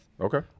okay